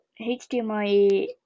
HDMI